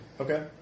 Okay